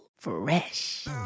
fresh